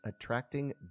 attracting